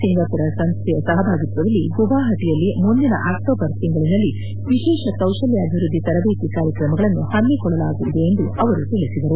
Singapore ಸಂಸ್ನೆಯ ಸಹಭಾಗಿತ್ತದಲ್ಲಿ ಗುವಾಹಟಯಲ್ಲಿ ಮುಂದಿನ ಅಕ್ಷೋಬರ್ ತಿಂಗಳನಲ್ಲಿ ವಿಶೇಷ ಕೌಶಲ್ಕ ಅಭಿವೃದ್ಧಿ ತರಬೇತಿ ಕಾರ್ಯಕ್ರಮಗಳನ್ನು ಹಮ್ಮಿಕೊಳ್ಳಲಾಗುವುದು ಎಂದು ಅವರು ತಿಳಿಸಿದರು